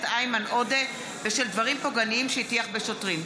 איימן עודה בשל דברים פוגעניים שהטיח בשוטרים.